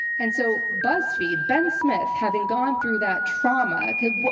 and so buzzfeed, ben smith, having gone through that trauma, could,